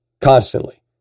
Constantly